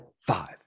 five